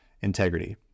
integrity